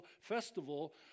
festival